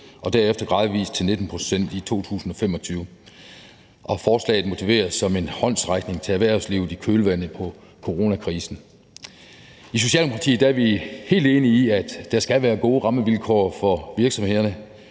og derefter gradvis nedsættes til 19 pct. i 2025. Og forslaget motiveres som en håndsrækning til erhvervslivet i kølvandet på coronakrisen. I Socialdemokratiet er vi helt enige i, at der skal være gode rammevilkår for virksomhederne.